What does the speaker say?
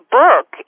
book